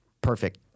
Perfect